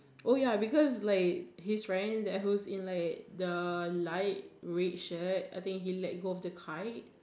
oh ya because like his friend that was in like the light red shirt I think he let go of the kite